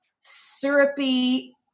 syrupy